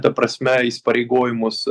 ta prasme įsipareigojimus